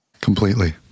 Completely